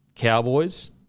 Cowboys